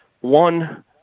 One